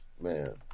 man